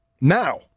Now